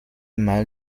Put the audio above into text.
mal